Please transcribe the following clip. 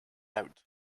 out